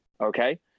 okay